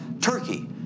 turkey